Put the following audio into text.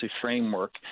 framework